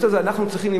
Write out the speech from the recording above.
ואנחנו צריכים למחות,